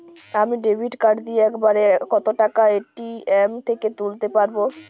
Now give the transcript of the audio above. আমি debit card দিয়ে এক বারে কত টাকা এ.টি.এম থেকে তুলতে পারবো?